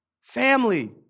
family